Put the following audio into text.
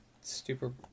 stupid